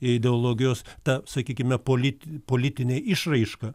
ideologijos ta sakykime polit politinė išraiška